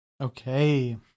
okay